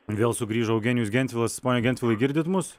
vėl sugrįžo eugenijus gentvilas pone gentvilai girdit mus